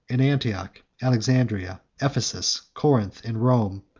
in antioch, alexandria, ephesus, corinth, and rome,